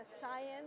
science